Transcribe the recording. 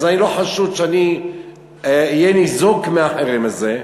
אז אני לא חשוד שאני אהיה ניזוק מהחרם הזה,